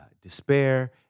despair